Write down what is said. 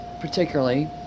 particularly